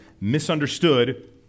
misunderstood